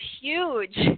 huge